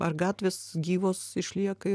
ar gatvės gyvos išlieka